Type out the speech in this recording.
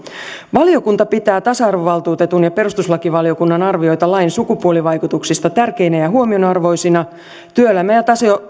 valiokunta pitää tasa arvovaltuutetun ja perustuslakivaliokunnan arvioita lain sukupuolivaikutuksista tärkeinä ja huomionarvoisina työelämä ja